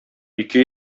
ике